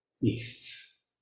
feasts